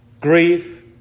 grief